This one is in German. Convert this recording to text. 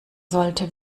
sollte